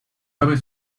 aves